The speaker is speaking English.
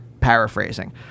paraphrasing